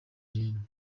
julienne